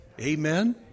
Amen